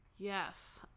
Yes